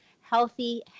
healthy